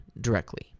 directly